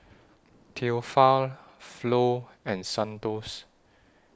Theophile Flo and Santos